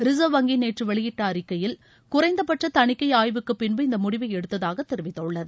reserve வங்கி நேற்று வெளியிட்ட அறிக்கையில் குறைந்தபட்ச தணிக்கை ஆய்வுக்கு பின்பு இந்த முடிவை எடுத்ததாக தெரிவித்துள்ளது